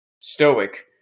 stoic